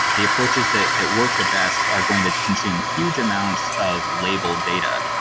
the approaches that that work the best are going to consume huge amounts of labeled data.